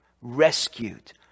rescued